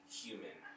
human